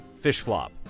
Fishflop